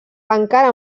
encara